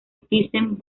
thyssen